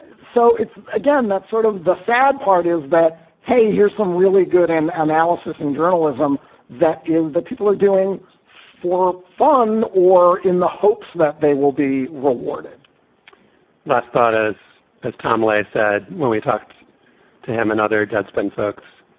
so, again, that's sort of the sad part is that, hey, here's some really good analysis and journalism that is that people are doing for fun or in the hopes that they will be rewarded last thought, as as tom lay said when we talked to him and other deadspin folks,